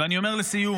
ואני אומר לסיום,